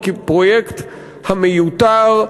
הפרויקט המיותר,